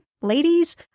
ladies